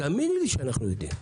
האמיני לי שאנחנו יודעים.